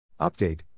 Update